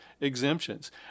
exemptions